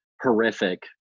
horrific